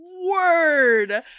word